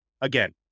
again